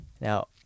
now